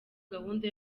gahunda